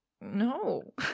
no